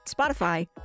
Spotify